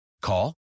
Call